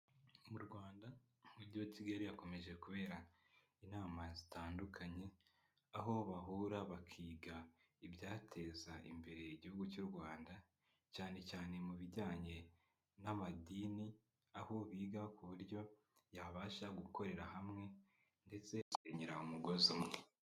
Mu Rwanda umujyi wa Kigali hakomeje kubera inama zitandukanye, aho bahura bakiga ibyateza imbere igihugu cy'u rwanda cyane cyane mu bijyanye n'amadini aho biga ku buryo yabasha gukorera hamwe ndetse basenyera umugozi umwe.